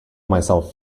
myself